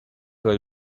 will